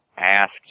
asked